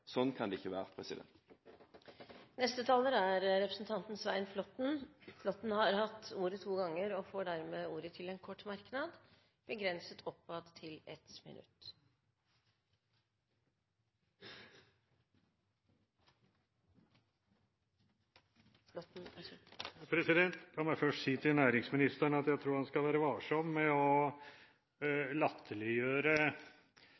Sånn kan det ikke være. Representanten Svein Flåtten har hatt ordet to ganger tidligere og får ordet til en kort merknad, begrenset til 1 minutt. La meg først si til næringsministeren at jeg tror han skal være varsom med å